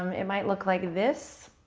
um it might look like this,